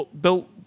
built